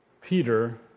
Peter